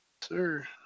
Sir